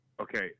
Okay